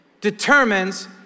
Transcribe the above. determines